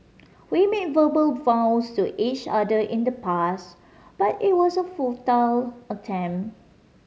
we made verbal vows to each other in the past but it was a futile attempt